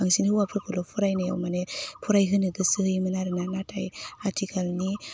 बांसिन हौवाफोरखौल' फरायनायाव माने फरायहोनो गोसो होयोमोन आरो ना नाथाय आथिखालनि